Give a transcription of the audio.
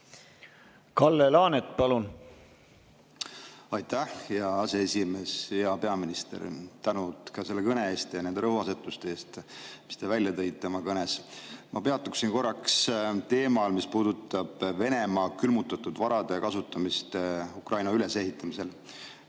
välja näeks? Aitäh, hea aseesimees! Hea peaminister, samuti tänu selle kõne ja nende rõhuasetuste eest, mis te välja tõite oma kõnes! Ma peatuksin korraks teemal, mis puudutab Venemaa külmutatud varade kasutamist Ukraina ülesehitamisel.